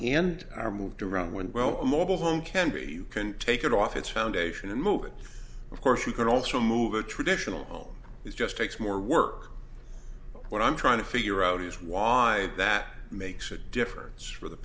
end or moved around when well mobile home can be you can take it off its foundation and move it of course you can also move a traditional home is just takes more work but what i'm trying to figure out is why that makes a difference for the